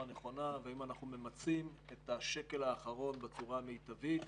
נכונה ואם אנחנו ממצים את השקל האחרון בצורה המיטבית.